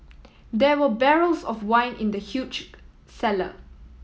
there were barrels of wine in the huge cellar